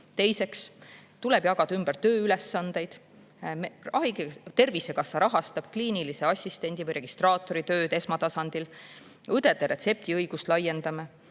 Teiseks tuleb jagada ümber tööülesandeid. Tervisekassa rahastab kliinilise assistendi või registraatori tööd esmatasandil, laiendame õdede retseptiõigust. Need